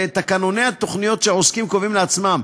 תקנוני התוכניות שהעוסקים קובעים לעצמם,